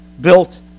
built